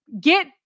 get